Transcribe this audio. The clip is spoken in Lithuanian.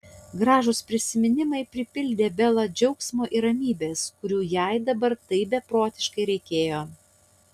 gražūs prisiminimai pripildė belą džiaugsmo ir ramybės kurių jai dabar taip beprotiškai reikėjo